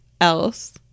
else